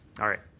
all right.